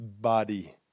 body